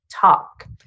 talk